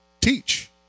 teach